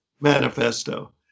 manifesto